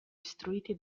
istruiti